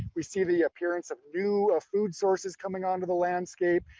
we see the appearance of new food sources coming onto the landscape.